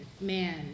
man